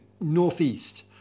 northeast